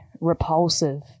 repulsive